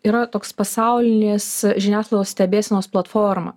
yra toks pasaulinės žiniasklaidos stebėsenos platforma